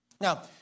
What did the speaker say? Now